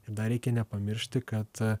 ir dar reikia nepamiršti kad